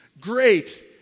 Great